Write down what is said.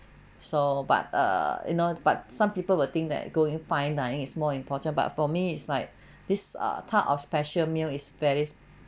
so but err you know but some people will think that going fine dining is more important but for me it's like this are part of special meal is very